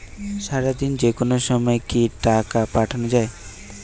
সারাদিনে যেকোনো সময় কি টাকা পাঠানো য়ায়?